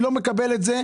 אני לא מקבל את זה,